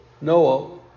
Noah